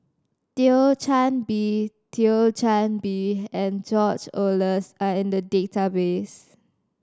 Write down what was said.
Thio Chan Bee Thio Chan Bee and George Oehlers are in the database